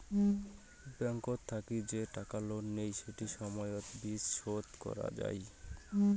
ব্যাংকত থাকি যে টাকা লোন নেই সেটি সময়তের বিচ শোধ করং যাই